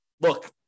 look